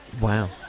Wow